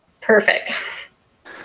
Perfect